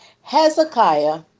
Hezekiah